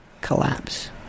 collapse